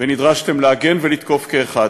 ונדרשתם להגן ולתקוף כאחת,